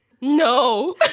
No